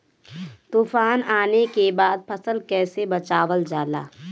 तुफान आने के बाद फसल कैसे बचावल जाला?